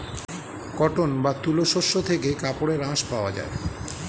cotton বা তুলো শস্য থেকে কাপড়ের আঁশ পাওয়া যায়